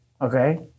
Okay